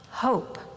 hope